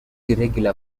irregular